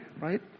right